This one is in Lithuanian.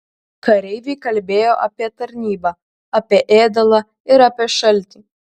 kareiviai kalbėjo apie tarnybą apie ėdalą ir apie šaltį